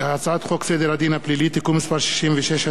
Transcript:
סדר הדין הפלילי (תיקון מס' 66),